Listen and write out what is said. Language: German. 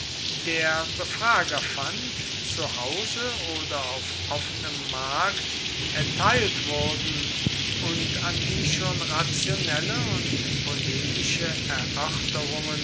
der befrager fand zu hause oder auf offenem markt erteilt wurden und an die schon rationelle und polemische